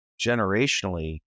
generationally